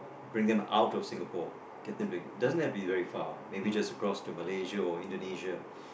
bring them out of Singapore get them to doesn't have to be very far maybe just across to Malaysia or Indonesia